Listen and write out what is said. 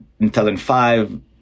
2005